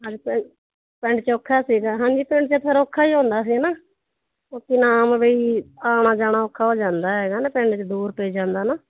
ਸੀਗਾ ਹਾਂਜੀ ਪਿੰਡ 'ਚ ਫਿਰ ਔਖਾ ਹੀ ਹੁੰਦਾ ਸੀ ਨਾ ਉਹ ਕੀ ਨਾਮ ਬਈ ਆਉਣਾ ਜਾਣਾ ਔਖਾ ਹੋ ਜਾਂਦਾ ਹੈਗਾ ਨਾ ਪਿੰਡ 'ਚ ਦੂਰ ਤੇੋਂ ਜਾਂਦਾ ਨਾ